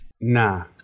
Nah